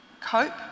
cope